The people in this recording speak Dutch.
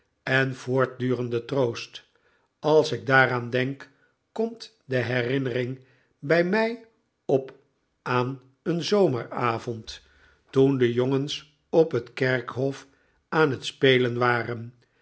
en voortdurende troost als ik daaraan denk komt de herinnering bij mij op aan een zomeravond toen de jongens op het kerkhof aan het spelen waren